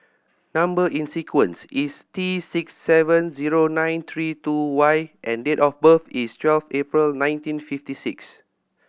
number in sequence is T six seven zero nine three two Y and date of birth is twelfth April nineteen fifty six